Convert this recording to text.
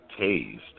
tased